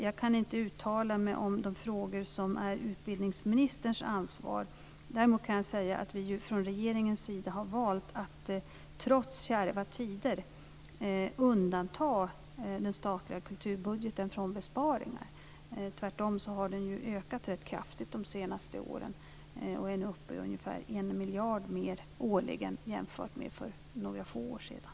Jag kan inte uttala mig om de frågor som är utbildningsministerns ansvar. Däremot kan jag säga att vi från regeringen, trots kärva tider, har valt att undanta den statliga kulturbudgeten från besparingar. Tvärtom har budgeten ökat rätt kraftigt under de senaste åren. Nu är den uppe i ca 1 miljard mer årligen jämfört med hur det var för några få år sedan.